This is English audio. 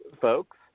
folks